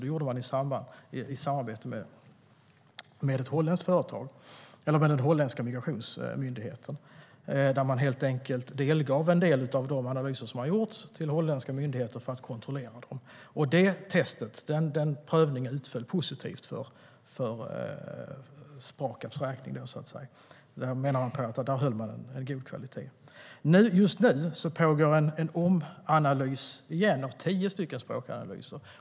Den gjordes i samarbete med den holländska migrationsmyndigheten. Man gav en del av de analyser som har gjorts till holländska myndigheter för kontroll. Den prövningen utföll positivt för Sprakabs del. Man menade att företaget höll god kvalitet. Just nu pågår dessutom en omanalys av tio språkanalyser.